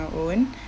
our own